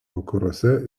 vakaruose